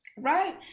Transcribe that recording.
Right